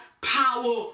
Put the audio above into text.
power